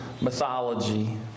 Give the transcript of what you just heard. mythology